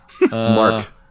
Mark